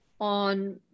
on